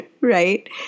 right